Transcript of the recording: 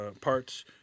parts